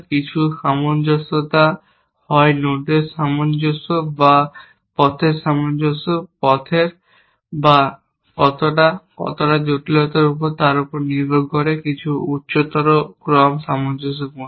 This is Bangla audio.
কিছুটা সামঞ্জস্যতা হয় নোডের সামঞ্জস্য বা পথের সামঞ্জস্য সামঞ্জস্য বা পথের সামঞ্জস্যতা বা কতটা কতটা জটিলতার উপর নির্ভর করে কিছু উচ্চতর ক্রম সামঞ্জস্যপূর্ণ